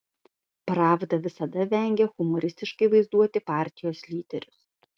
pravda visada vengė humoristiškai vaizduoti partijos lyderius